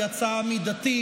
היא הצעה מידתית.